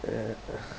ya